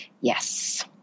Yes